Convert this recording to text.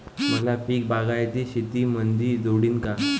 मका पीक बागायती शेतीमंदी मोडीन का?